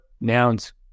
Nouns